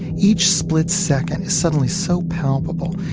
each split second is suddenly so palpable,